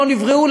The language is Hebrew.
לא נבראו,